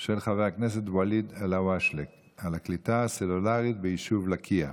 של חבר הכנסת ואליד אלהואשלה על הקליטה הסלולרית ביישוב לקיה.